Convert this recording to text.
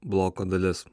bloko dalis